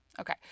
Okay